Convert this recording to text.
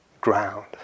ground